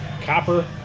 copper